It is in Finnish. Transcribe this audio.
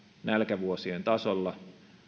nälkävuosien tasolla